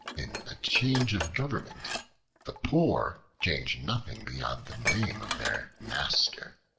in a change of government the poor change nothing beyond the name of their master.